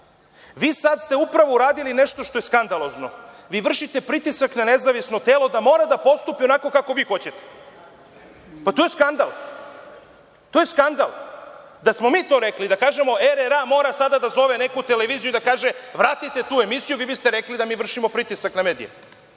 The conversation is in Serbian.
Vi ste sad upravo uradili nešto što je skandalozno. Vi vršite pritisak na nezavisno telo da mora da postupi onako kako vi hoćete. Pa, to je skandal. To je skandal. Da smo mi to rekli i da kažemo – RRA mora sada da zove neku televiziju i da kaže – vratite tu emisiju, vi biste rekli da mi vršimo pritisak na medije.